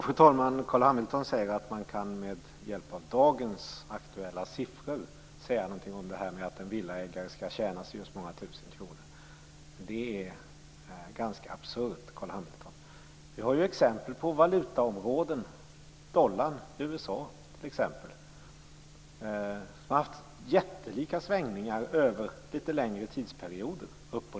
Fru talman! Carl B Hamilton säger att man med hjälp av dagens aktuella siffror kan säga att en villaägare kommer att tjäna si och så många tusen kronor. Det är ganska absurt. Vi har exempel på valutaområden, t.ex. dollarn i USA, som haft jättelika svängningar upp och ned över litet längre tidsperioder.